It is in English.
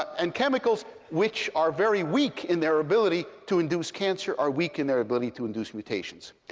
and chemicals which are very weak in their ability to induce cancer are weak in their ability to induce mutations.